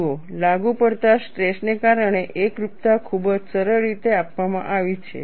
જુઓ લાગુ પડતા સ્ટ્રેસને કારણે એકરૂપતા ખૂબ જ સરળ રીતે આપવામાં આવી છે